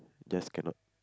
just cannot